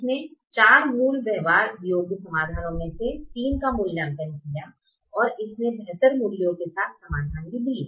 इसने 4 मूल व्यवहार योग्य समाधानों में से 3 का मूल्यांकन किया और इसने बेहतर मूल्यों के साथ समाधान भी दिए